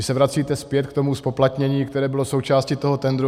Vy se vracíte zpět k tomu zpoplatnění, které bylo součástí toho tendru.